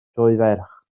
sioeferch